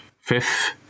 fifth